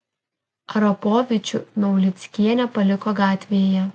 arapovičių naulickienė paliko gatvėje